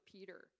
Peter